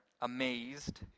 amazed